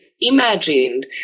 imagined